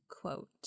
Quote